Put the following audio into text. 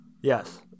Yes